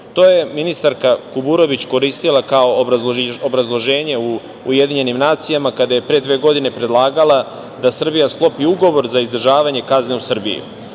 To je ministarka Kuburović koristila kao obrazloženje u UN kada je pre dve godine predlagala da Srbija sklopi ugovor za izdržavanje kazne u